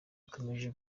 ikomeje